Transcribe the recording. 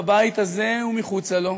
בבית הזה ומחוצה לו,